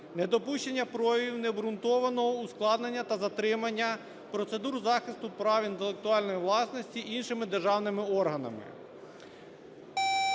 недопущення проявів необґрунтованого ускладнення та затримання процедур захисту прав інтелектуальної власності іншими державними органами.